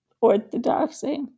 orthodoxy